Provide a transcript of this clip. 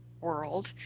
world